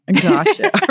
Gotcha